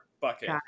bucket